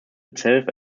itself